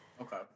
Okay